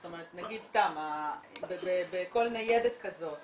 נגיד בכל ניידת כזאת